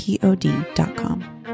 POD.com